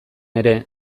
ere